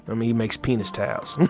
mean, he makes penis towels.